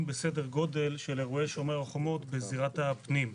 בסדר גודל של אירועי שומר החומות בזירת הפנים.